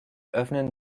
öffnen